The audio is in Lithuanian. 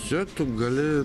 čia tu gali